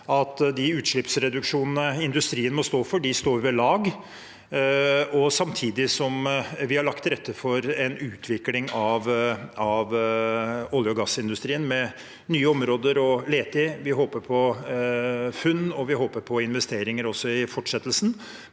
at de utslippsreduksjonene industrien må stå for, står ved lag, samtidig som vi har lagt til rette for en utvikling av olje- og gassindustrien, med nye områder å lete i. Vi håper på funn, og vi håper på investeringer også i fortsettelsen,